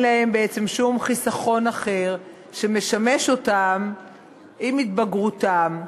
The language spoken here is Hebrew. להם שום חיסכון אחר שמשמש אותם עם התבגרותם.